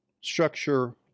structure